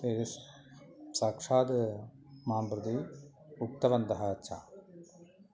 तेषां साक्षात् मां प्रति उक्तवन्तः च